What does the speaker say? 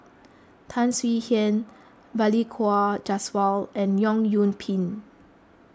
Tan Swie Hian Balli Kaur Jaswal and Leong Yoon Pin